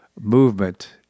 movement